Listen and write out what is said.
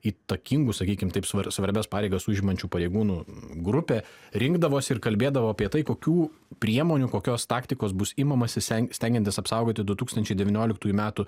įtakingų sakykim taip svarbias pareigas užimančių pareigūnų grupė rinkdavosi ir kalbėdavo apie tai kokių priemonių kokios taktikos bus imamasi stengiantis apsaugoti du tūkstančiai devynioliktųjų metų